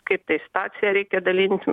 kaip tai situacija reikia dalintis